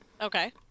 Okay